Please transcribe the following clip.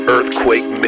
Earthquake